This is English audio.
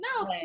No